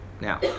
Now